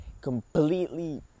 completely